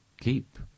keep